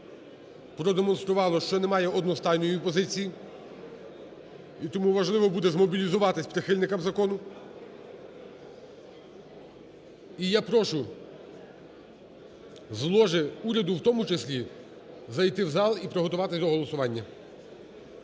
продемонструвало, що немає одностайної позиції. І тому важливо буде змобілізуватись прихильникам закону. І я прошу з ложі уряду в тому числі зайти в зал і приготуватись до голосування.